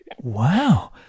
Wow